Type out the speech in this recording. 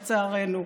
לצערנו.